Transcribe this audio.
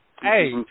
Hey